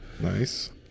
Nice